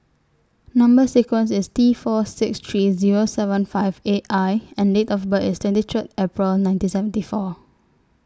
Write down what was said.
Number sequence IS T four six three Zero seven five eight I and Date of birth IS twenty three April nineteen seventy four